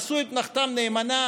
עשו את מלאכתם נאמנה,